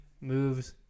moves